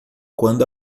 quando